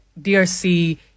DRC